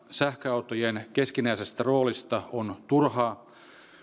sähköautojen keskinäisestä roolista on turhaa